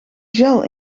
gel